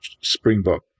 Springbok